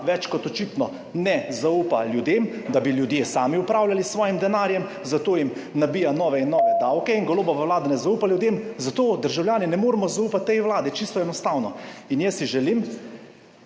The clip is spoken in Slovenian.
več kot očitno ne zaupa ljudem, da bi ljudje sami upravljali s svojim denarjem, zato jim nabija nove in nove davke. In Golobova vlada ne zaupa ljudem, zato državljani ne moremo zaupati tej vladi. Čisto enostavno. Želim